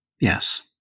Yes